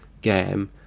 game